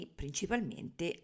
principalmente